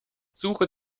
suche